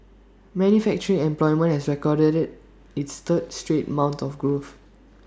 manufacturing employment also recorded its third straight month of growth